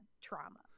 trauma